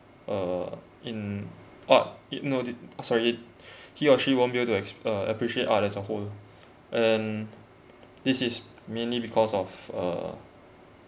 uh in art it noted sorry he or she won't be able to ex~ uh appreciate art as a whole and this is mainly because of uh